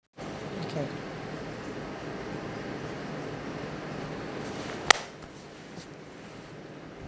okay